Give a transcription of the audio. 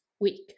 week